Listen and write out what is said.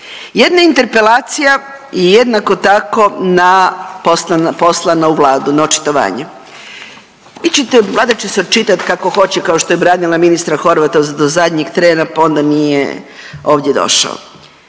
Jedna interpelacija i jednako tako na, poslana u Vladu na očitovanje. Vi ćete, Vlada će se očitati kako hoće, kao što je branila ministra Horvata do zadnjeg trena pa onda nije ovdje došao.